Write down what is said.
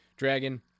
Dragon